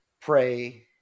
pray